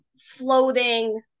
floating